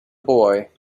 boy